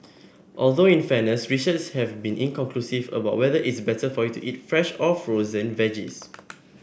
although in fairness research have been inconclusive about whether it's better for you to eat fresh or frozen veggies